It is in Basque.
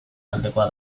aldekoa